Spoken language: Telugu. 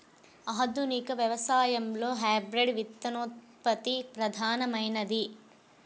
ఆధునిక వ్యవసాయంలో హైబ్రిడ్ విత్తనోత్పత్తి ప్రధానమైనది